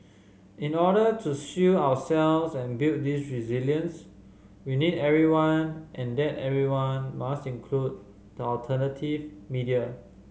in order to shield ourselves and build this resilience we need everyone and that everyone must include the alternative media